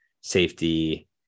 safety